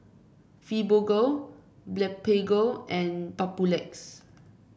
Fibogel Blephagel and Papulex